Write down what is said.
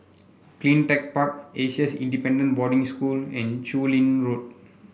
CleanTech Park A C S Independent Boarding School and Chu Lin Road